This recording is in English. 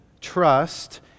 trust